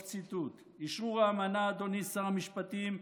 אשרור האמנה, אדוני שר המשפטים,